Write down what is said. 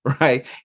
right